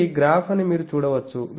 ఇది గ్రాఫ్ అని మీరు చూడవచ్చు